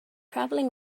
traveling